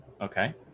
Okay